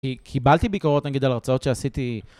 כי קיבלתי ביקורות, נגיד, על הרצאות שעשיתי